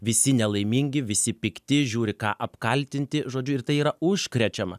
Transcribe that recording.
visi nelaimingi visi pikti žiūri ką apkaltinti žodžiu ir tai yra užkrečiama